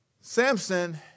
Samson